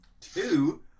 Two